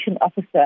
officer